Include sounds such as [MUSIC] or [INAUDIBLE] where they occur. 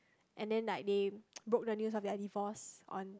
and then like they [NOISE] broke the news of their divorce on